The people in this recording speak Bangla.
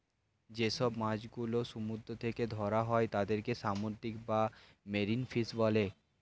যে সব মাছ গুলো সমুদ্র থেকে ধরা হয় তাদের সামুদ্রিক বা মেরিন ফিশ বলে